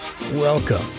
Welcome